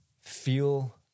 feel